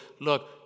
look